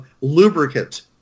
lubricant